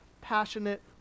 passionate